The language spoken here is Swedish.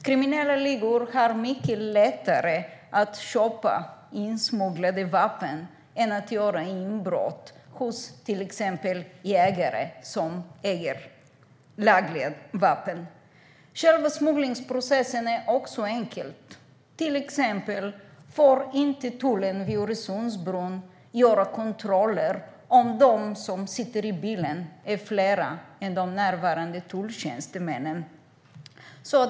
Kriminella ligor har mycket lättare att köpa insmugglade illegala vapen än att göra inbrott hos till exempel jägare som lagligen äger vapen. Själva smugglingsprocessen är också enkel. Tullen vid Öresundsbron får till exempel inte göra några kontroller om de som sitter i bilen är fler än de närvarande tulltjänstemännen.